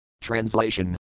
Translation